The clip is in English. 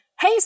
Hey